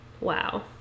wow